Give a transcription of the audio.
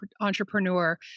entrepreneur